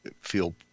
feel